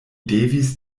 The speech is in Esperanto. devis